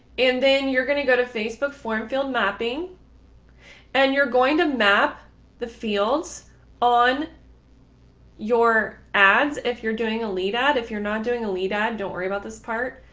and then you're going to go to facebook for and field mapping and you're going to map the fields on your ads. if you're doing a lead ad, if you're not doing a lead, i don't worry about this part,